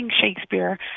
Shakespeare